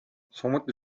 samuti